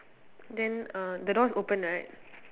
then uh the door is open right